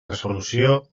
resolució